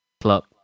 club